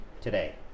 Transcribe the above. today